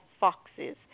foxes